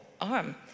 arm